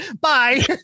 bye